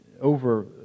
over